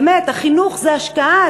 באמת החינוך זה השקעה,